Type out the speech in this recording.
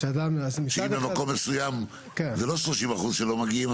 שאם במקום מסוים זה לא 30% שלא מגיעים,